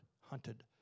hunted